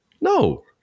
No